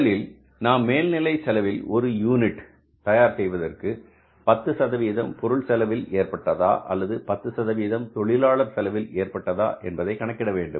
முதலில் நாம் மேல்நிலை செலவில் ஒரு யூனிட் தயார் செய்வதற்கு 10 பொருள் செலவில் ஏற்பட்டதா அல்லது 10 தொழிலாளர் செலவில் ஏற்பட்டதா என்பதை கணக்கிட வேண்டும்